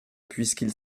puisqu’il